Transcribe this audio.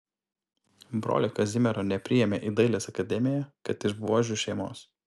brolio kazimiero nepriėmė į dailės akademiją kad iš buožių šeimos